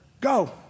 Go